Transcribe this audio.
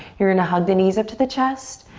you're in hug the knees up to the chest,